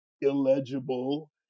illegible